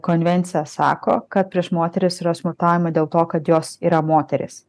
konvencija sako kad prieš moteris yra smurtaujama dėl to kad jos yra moterys